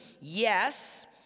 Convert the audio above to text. Yes